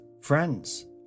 friends